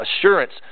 assurance